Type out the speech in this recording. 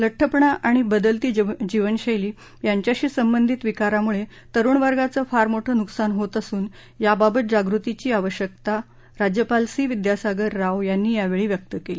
लष्ठपणा आणि बदलती जीवनशैली यांच्याशी संबंधित विकारांमुळ विरुण वर्गाचं फार मोठं नुकसान होत असून याबाबत जागृतीची आवश्यकता राज्यपाल सी विद्यासागर राव यांनी यावर्षी व्यक्त क्ली